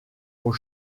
aux